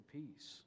peace